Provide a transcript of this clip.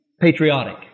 patriotic